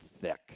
thick